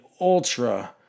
ultra